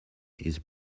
his